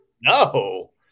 No